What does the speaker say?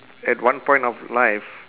at one point of life